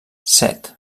set